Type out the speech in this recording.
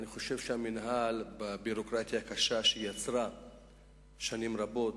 אני חושב שהמינהל, בביורוקרטיה שיצר שנים רבות,